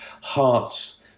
hearts